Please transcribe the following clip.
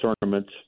tournaments